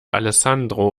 alessandro